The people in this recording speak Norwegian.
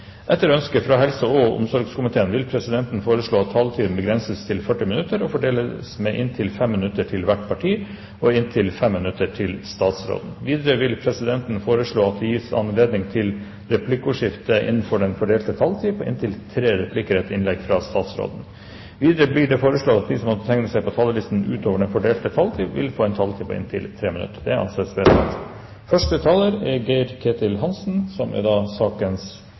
Etter ønske fra helse- og omsorgskomiteen vil presidenten foreslå at taletiden begrenses til 40 minutter og fordeles med inntil 5 minutter til hvert parti og inntil 5 minutter til statsråden. Videre vil presidenten foreslå at det gis anledning til replikkordskifte på inntil tre replikker med svar etter innlegget fra statsråden innenfor den fordelte taletid. Videre blir det foreslått at de som måtte tegne seg på talerlisten utover den fordelte taletid, får en taletid på inntil 3 minutter. – Det anses vedtatt. Saken vi behandler i dag, er to saker med felles innstilling. Det er